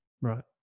Right